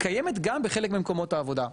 קיימת גם בחלק ממקומות העבודה.